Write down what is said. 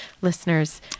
listeners